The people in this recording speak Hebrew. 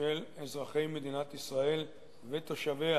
של אזרחי המדינה ותושביה.